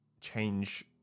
change